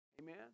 Amen